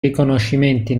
riconoscimenti